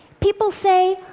people say,